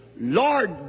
Lord